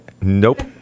Nope